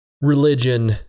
religion